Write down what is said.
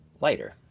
lighter